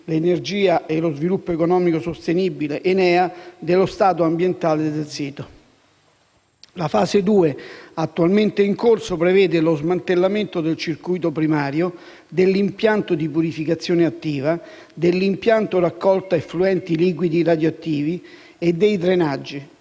l'energia e lo sviluppo economico sostenibile (ENEA), dello stato ambientale del sito. La fase due, attualmente in corso, prevede lo smantellamento del circuito primario, dell'impianto di purificazione attiva, dell'impianto raccolta effluenti liquidi radioattivi e dei drenaggi